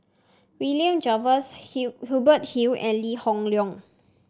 William Jervois Hill Hubert Hill and Lee Hoon Leong